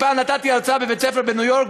פעם נתתי הרצאה בבית-ספר בניו-יורק,